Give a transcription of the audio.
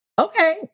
okay